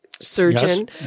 surgeon